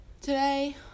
today